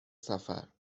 سفر